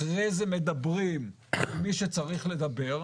אחרי זה מדברים עם מי שצריך לדבר,